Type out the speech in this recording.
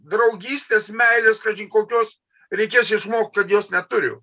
draugystės meilės kažin kokios reikės išmokt kad jos neturiu